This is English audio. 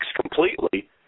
completely